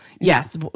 Yes